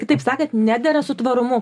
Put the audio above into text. kitaip sakant nedera su tvarumu